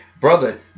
Brother